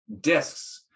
discs